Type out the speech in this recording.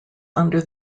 under